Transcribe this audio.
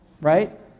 Right